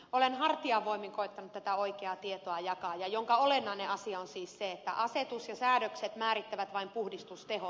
olen hartiavoimin koettanut tätä oikeaa tietoa jakaa jonka olennainen asia on siis se että asetus ja säädökset määrittävät vain puhdistustehon